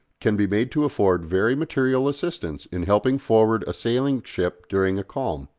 can be made to afford very material assistance in helping forward a sailing ship during a calm.